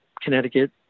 Connecticut